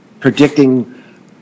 predicting